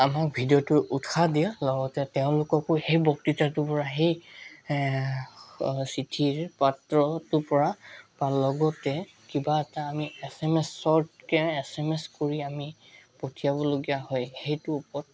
আমাক ভিডিঅ'টোৰ উৎসাহ দিয়ে লগতে তেওঁলোককো সেই বক্তৃতাটোৰ পৰা সেই চিঠিৰ পত্ৰটোৰ পৰা লগতে কিবা এটা আমি এছ এম এছ শ্বৰ্টকৈ এছ এম এছ কৰি আমি পঠিয়াবলগীয়া হয় সেইটোৰ ওপৰত